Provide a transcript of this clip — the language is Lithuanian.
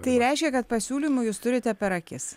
tai reiškia kad pasiūlymų jūs turite per akis